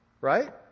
Right